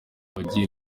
bagiye